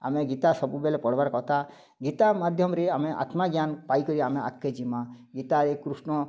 ଆମେ ଗୀତା ସବୁବେଳେ ପଢ଼୍ବାର କଥା ଗୀତା ମାଧ୍ୟମରେ ଆମେ ଆତ୍ମଜ୍ଞାନ୍ ପାଇକରି ଆମେ ଆଗ୍କେ ଜିମା ଗୀତାରେ କୃଷ୍ଣ